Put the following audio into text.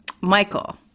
Michael